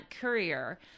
Courier